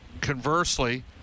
conversely